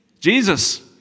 Jesus